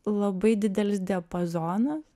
labai didelis diapazonas